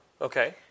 Okay